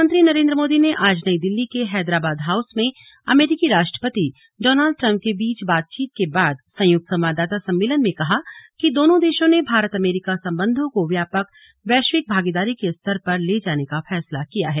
प्रधानमंत्री नरेन्द्र मोदी ने आज नई दिल्ली के हैदराबाद हाउस में अमरीकी राष्ट्रपति डॉनल्ड ट्रंप के बीच बातचीत के बाद संयुक्त संवाददाता सम्मेलन में कहा कि दोनों देशों ने भारत अमरीका संबंधों को व्यापक वैश्विक भागीदारी के स्तर पर ले जाने का फैसला किया है